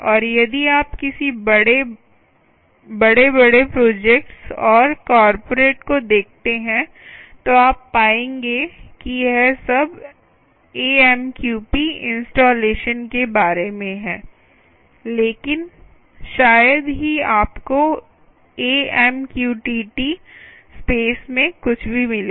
और यदि आप किसी बड़े बड़े प्रोजेक्ट्स और कॉर्पोरेट को देखते हैं तो आप पाएंगे कि यह सब एएमक्यूपी इंस्टालेशन के बारे में है लेकिन शायद ही आपको एमक्यूटीटी स्पेस में कुछ भी मिलेगा